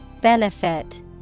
Benefit